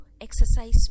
exercise